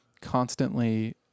constantly